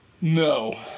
No